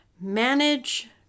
Manage